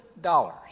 dollars